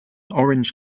orange